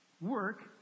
Work